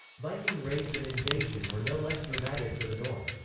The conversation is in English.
viking raids and invasion were no less dramatic for the north.